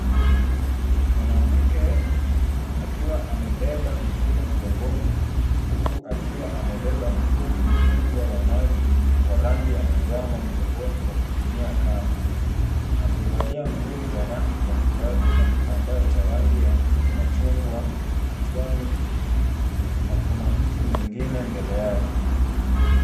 Mwanamke akiwa amebeba mtoto mgongoni huku akiwa amebeba mtungi mkubwa wa maji wa rangi ya manjano mgongoni kwa kutumia kamba. Amevalia nguo za rangi mbalimbali na kitambaa cha rangi ya machungwa kichwani na kuna mtu mwingine mbele yake.